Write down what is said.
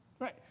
Right